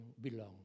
belong